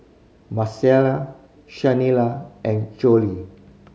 Marcelle Shanelle and Chloie